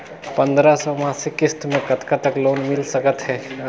पंद्रह सौ मासिक किस्त मे कतका तक लोन मिल सकत हे?